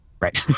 right